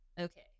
okay